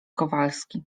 kowalski